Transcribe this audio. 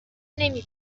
نمی